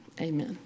amen